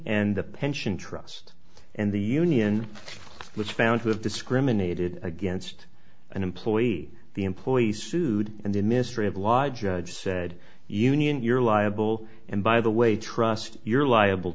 and the pension trust and the union was found to have discriminated against an employee the employee sued and the mystery of logic judge said union you're liable and by the way trust you're liable